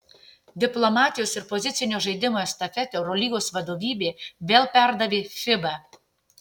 diplomatijos ir pozicinio žaidimo estafetę eurolygos vadovybė vėl perdavė fiba